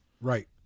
Right